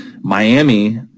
Miami